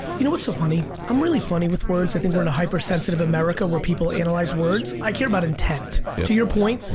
you know what's so funny. i'm really funny with words. i think we're in a hypersensitive america where people analyze words, i care about intent. to your point,